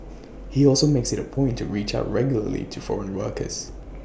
he also makes IT A point to reach out regularly to foreign workers